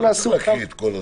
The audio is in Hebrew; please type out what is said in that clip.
אתה לא צריך להקריא את הכול.